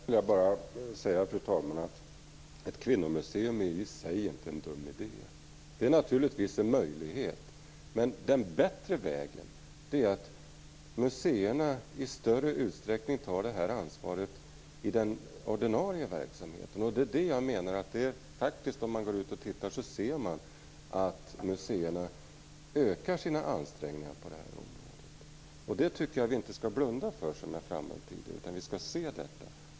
Fru talman! Till det här vill jag bara säga att ett kvinnomuseum i sig inte är en dum idé. Det är naturligtvis en möjlighet. Men den bättre vägen är att museerna i större utsträckning tar detta ansvar i den ordinarie verksamheten. Om man går ut och tittar ser man också att museerna ökar sina ansträngningar på det här området. Vi skall inte blunda för det, som jag framhöll tidigare, utan vi skall se detta.